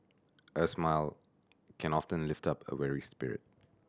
a smile can often lift up a weary spirit